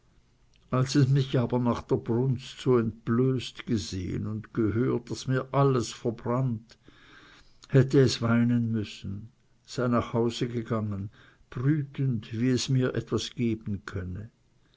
als es mich aber nach der brunst so entblößt gesehen und gehört daß mir alles verbrannt hätte es weinen müssen sei nach hause gegangen brütend wie es mir etwas geben könne